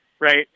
right